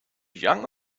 young